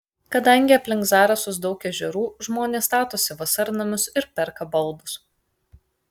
kadangi aplink zarasus daug ežerų žmonės statosi vasarnamius ir perka baldus